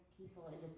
people